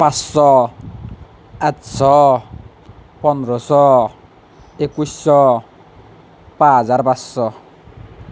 পাঁচশ আঠশ পোন্ধৰশ একৈচশ পাঁচ হাজাৰ পাঁচশ